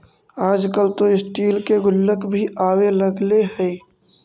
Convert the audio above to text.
आजकल तो स्टील के गुल्लक भी आवे लगले हइ